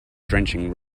drenching